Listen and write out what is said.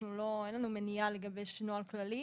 מניעה לגבש נוהל כללי,